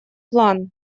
план